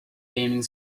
gaming